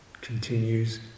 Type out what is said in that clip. continues